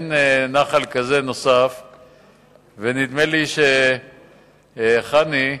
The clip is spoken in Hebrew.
אין נחל נוסף כזה, ונדמה לי שחברת "נמלי ישראל"